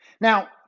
Now